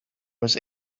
was